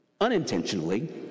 unintentionally